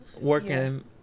working